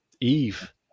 eve